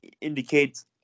indicates